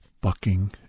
bucking